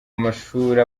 amashuri